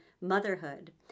motherhood